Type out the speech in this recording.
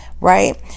right